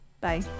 Bye